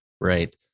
Right